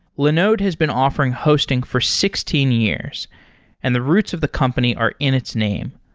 linode has been offering hosting for sixteen years and the roots of the company are in its name.